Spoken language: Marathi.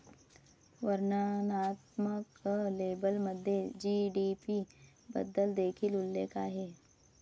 वर्णनात्मक लेबलमध्ये जी.डी.पी बद्दल देखील उल्लेख आहे